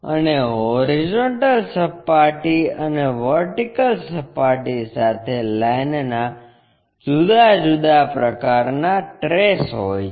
અને હોરિઝોન્ટલ સપાટી અને વર્ટિકલ સપાટી સાથે લાઇનના જુદા જુદા પ્રકારનાં ટ્રેસ હોય છે